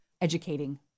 educating